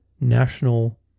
national